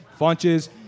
Funches